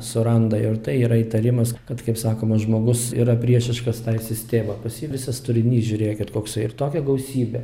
suranda jau ir tai yra įtarimas kad kaip sakoma žmogus yra priešiškas tai sistėma pas jį visas turinys žiūrėkit koksai ir tokia gausybė